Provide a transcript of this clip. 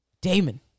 Damon